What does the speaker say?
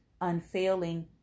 unfailing